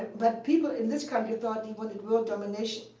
but people in this country thought he wanted world domination.